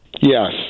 Yes